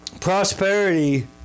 prosperity